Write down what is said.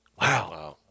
Wow